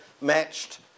matched